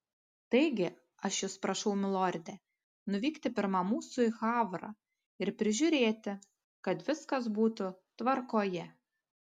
taigi aš jus prašau milorde nuvykti pirma mūsų į havrą ir prižiūrėti kad viskas būtų tvarkoje